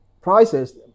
prices